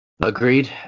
Agreed